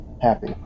happy